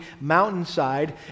mountainside